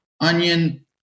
Onion